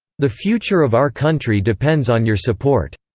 the future of our country depends on your support.